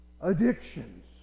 addictions